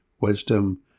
wisdom